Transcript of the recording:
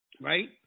right